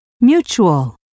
mutual